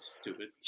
Stupid